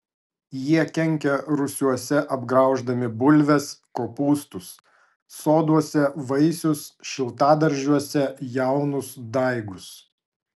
jie kenkia rūsiuose apgrauždami bulves kopūstus soduose vaisius šiltadaržiuose jaunus daigus